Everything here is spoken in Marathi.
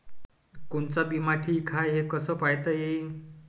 कोनचा बिमा ठीक हाय, हे कस पायता येईन?